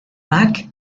bac